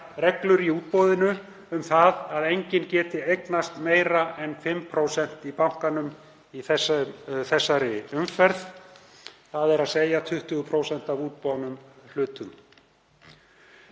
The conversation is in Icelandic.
reglur í útboðið um að enginn geti eignast meira en 5% í bankanum í þessari umferð, þ.e. 20% af útboðnum hlutum.